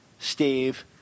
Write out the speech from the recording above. steve